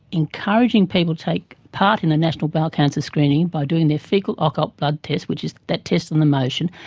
encouraging people to take part in the national bowel cancer screening by doing their faecal occult blood test, which is that test on the motion,